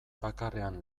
bakarrean